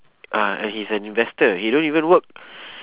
ah and he's an investor he don't even work